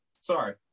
Sorry